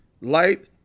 Light